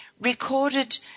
recorded